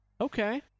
Okay